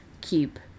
keep